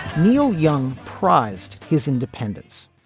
neil young prized his independence.